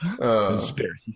Conspiracy